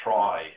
Try